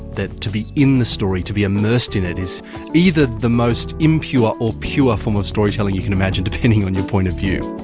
that to be in the story, to be immersed in it is either the most impure or pure form of storytelling you can imagine, depending on your point of view.